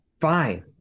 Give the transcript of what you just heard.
fine